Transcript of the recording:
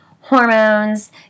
hormones